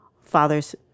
fathers